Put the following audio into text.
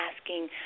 asking